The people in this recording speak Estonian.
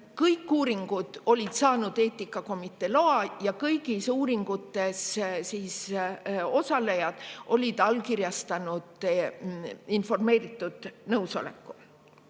Kõik uuringud olid saanud eetikakomitee loa ja kõigis uuringutes osalejad olid allkirjastanud informeeritud nõusoleku. Nii